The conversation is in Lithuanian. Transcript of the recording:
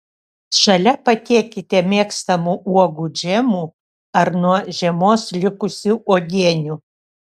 šalia patiekite mėgstamų uogų džemų ar nuo žiemos likusių uogienių